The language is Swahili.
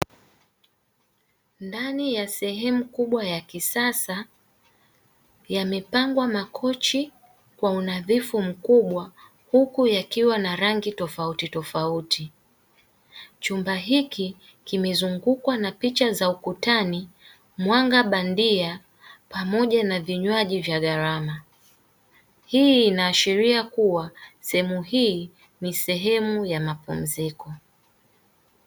Ndani ya sehemu kubwa ya kisasa yamepangwa makochi kwa unadhifu mkubwa huku yakiwa na rangi tofautitofauti. Chumba hiki kimezungukwa na picha za ukutani, mwanga bandia pamoja na vinywaji vya gharama. Hii inaashiria kuwa sehemu hii ni sehemu ya mapumziko.